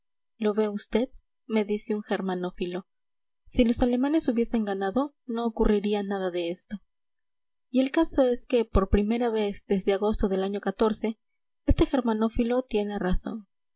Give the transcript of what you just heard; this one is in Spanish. lo ve usted me dice un germanófilo si los alemanes hubiesen ganado no ocurriría nada de esto y el caso es que por primera vez desde agosto del año este germanófilo tiene razón